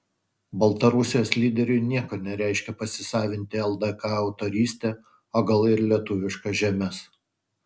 baltarusijos lyderiui nieko nereiškia pasisavinti ldk autorystę o gal ir lietuviškas žemes